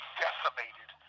decimated